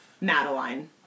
Madeline